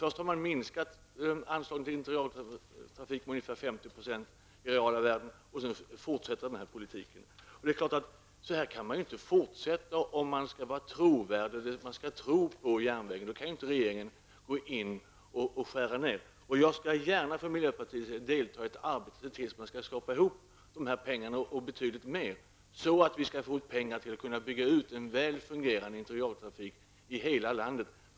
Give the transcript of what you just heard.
Först har anslagen till interregional trafik minskat med ungefär 50 % i reala värden, och sedan fortsätter den här politiken. Om man skall tro på järnvägen kan regeringen inte fortsätta att skära ned. Jag skall för miljöpartiets del gärna delta i ett arbete som syftar till att skrapa ihop de här pengarna och betydligt mer, så att vi kan bygga ut en väl fungerande internregional trafik i hela landet.